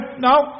no